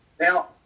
Now